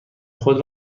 خود